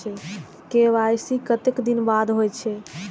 KYC कतेक दिन बाद होई छै?